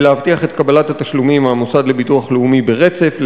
ולהבטיח את קבלת התשלומים מהמוסד לביטוח לאומי ברצף,